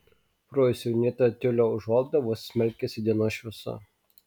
pro išsiuvinėtą tiulio užuolaidą vos smelkėsi dienos šviesa